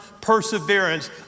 perseverance